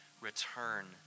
return